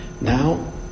now